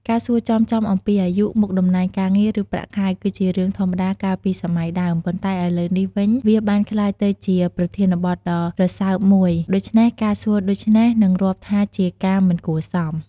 ការសួរចំៗអំពីអាយុ មុខតំណែងការងារ ឬ ប្រាក់ខែគឺជារឿងធម្មតាកាលពីសម័យដើម ប៉ុន្តែឥឡូវនេះវិញវាបានក្លាយទៅជាប្រធានបទដ៏រស៊ើបមួយ ដូច្នេះការសួរដូច្នេះនឹងរាប់ថាជាការមិនគួរសម។